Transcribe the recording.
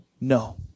No